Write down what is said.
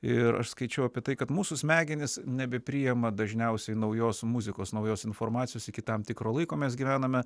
ir aš skaičiau apie tai kad mūsų smegenys nebepriima dažniausiai naujos muzikos naujos informacijos iki tam tikro laiko mes gyvename